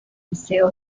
liceo